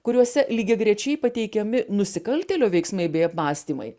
kuriuose lygiagrečiai pateikiami nusikaltėlio veiksmai bei apmąstymai